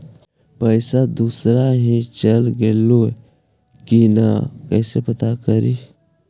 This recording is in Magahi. पैसा दुसरा ही चल गेलै की न कैसे पता करि?